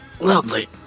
lovely